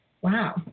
Wow